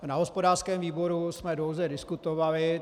Na hospodářském výboru jsme dlouze diskutovali.